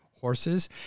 horses